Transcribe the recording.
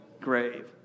grave